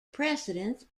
precedence